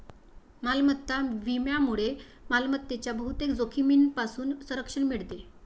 मालमत्ता विम्यामुळे मालमत्तेच्या बहुतेक जोखमींपासून संरक्षण मिळते